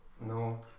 No